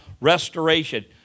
restoration